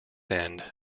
end